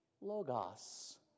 logos